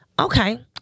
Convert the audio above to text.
Okay